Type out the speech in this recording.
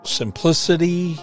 simplicity